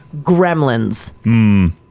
Gremlins